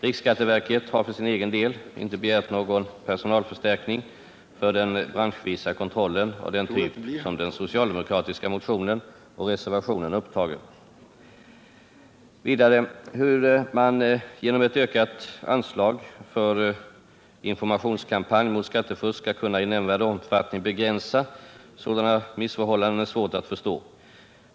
Riksskatteverket har för sin egen del inte begärt någon personalförstärkning för den branschvisa kontrollen av den typ som den socialdemokratiska motionen och reservationen avser. Hur man genom ett ökat anslag för en informationskampanj mot skattefusk i nämnvärd omfattning skall kunna begränsa sådana missförhållanden är svårt att förstå.